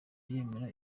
yemera